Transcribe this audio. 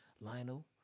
Lionel